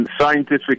scientific